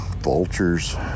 vultures